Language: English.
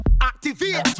Activate